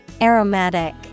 Aromatic